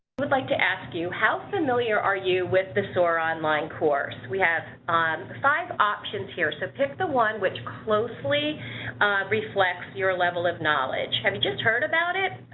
would like to ask you, how familiar are you with the soar online course? we have five options here, so pick the one which closely reflects your level of knowledge. have you just heard about it,